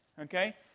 Okay